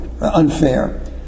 unfair